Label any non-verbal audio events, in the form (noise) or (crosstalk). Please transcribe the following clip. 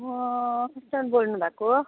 म (unintelligible) बोल्नु भएको